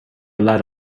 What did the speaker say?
lot